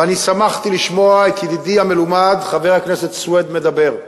ואני שמחתי לשמוע את ידידי המלומד חבר הכנסת סוייד מדבר.